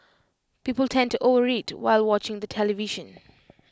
people tend to overeat while watching the television